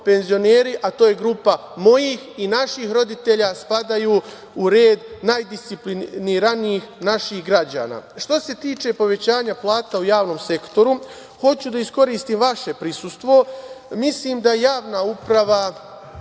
a to je grupa mojih i naših roditelja, spadaju u red najdisciplinarnijih naših građana. Što se tiče povećanja plata u javnom sektoru, hoću da iskoristim vaše prisustvo. Mislim da je javna uprava